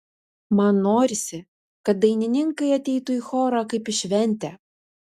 man norisi kad dainininkai ateitų į chorą kaip į šventę